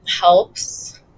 helps